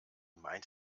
meint